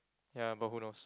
ya but who knows